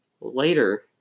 later